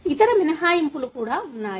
ఇతర మినహాయింపులు కూడా ఉన్నాయి